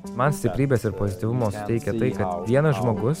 man stiprybės ir pozityvumo suteikia tai kad vienas žmogus